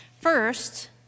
First